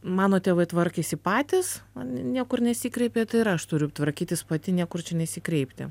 mano tėvai tvarkėsi patys niekur nesikreipė tai ir aš turiu tvarkytis pati niekur čia nesikreipti